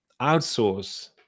outsource